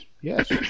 yes